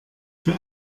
für